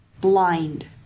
blind